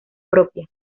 propia